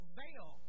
veil